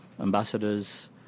ambassadors